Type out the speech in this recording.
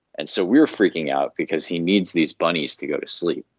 and so we were freaking out because he needs these bunnies to go to sleep,